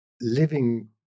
living